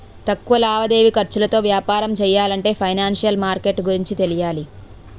తక్కువ లావాదేవీ ఖర్చులతో వ్యాపారం చెయ్యాలంటే ఫైనాన్సిషియల్ మార్కెట్ గురించి తెలియాలి